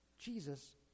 Jesus